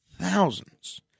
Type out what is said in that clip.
thousands